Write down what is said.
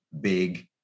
big